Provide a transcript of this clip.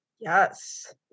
Yes